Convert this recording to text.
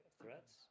threats